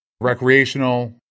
recreational